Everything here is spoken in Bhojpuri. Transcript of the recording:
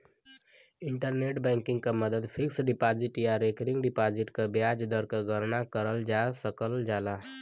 इंटरनेट बैंकिंग क मदद फिक्स्ड डिपाजिट या रेकरिंग डिपाजिट क ब्याज दर क गणना करल जा सकल जाला